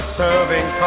serving